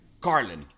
Carlin